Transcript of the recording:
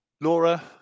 Laura